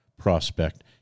prospect